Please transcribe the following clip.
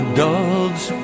doves